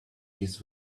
his